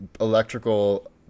electrical